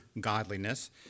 godliness